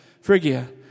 Phrygia